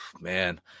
Man